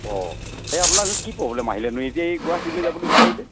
অ' এই আপোনাৰ কি প্ৰব্লেম আহিলেনো এতিয়া এই গুৱাহাটীলৈ যাবলৈ বিচাৰিলে